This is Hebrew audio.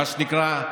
מה שנקרא,